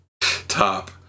top